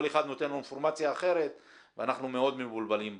כל אחד נותן לנו אינפורמציה אחרת ואנחנו מאוד מבולבלים בנושא.